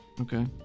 Okay